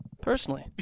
Personally